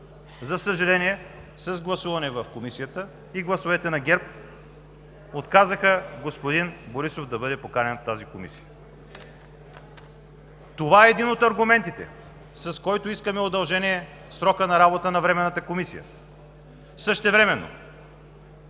За съжаление, с гласуването в Комисията и с гласовете на ГЕРБ отказаха господин Борисов да бъде поканен в тази Комисия. Това е един от аргументите, с който искаме удължаване на срока на работа на Временната комисия. Същевременно